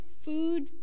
food